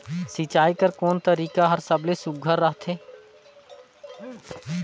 सिंचाई कर कोन तरीका हर सबले सुघ्घर रथे?